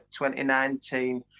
2019